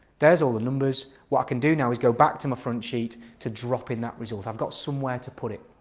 there's all the numbers. what i can do now is go back to my front sheet to drop in that result. i've got somewhere to put it.